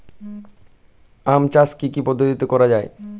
আম চাষ কি কি পদ্ধতিতে করা হয়?